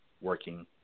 working